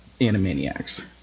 Animaniacs